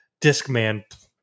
Discman